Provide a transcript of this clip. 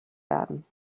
werden